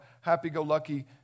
happy-go-lucky